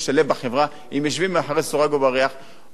עולים למדינת ישראל 150,000 שקל בשנה,